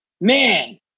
Man